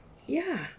ya